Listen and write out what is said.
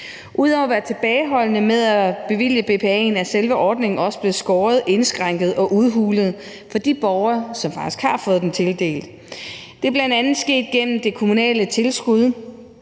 Ud over at være tilbageholdende med at bevilge BPA'en er selve ordningen også blevet beskåret, indskrænket og udhulet for de borgere, som faktisk har fået den tildelt. Det er bl.a. sket gennem det kommunale tilskud